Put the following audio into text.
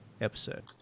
episode